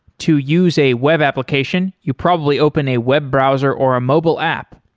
to use a web application, you probably open a web browser or a mobile app.